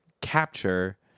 capture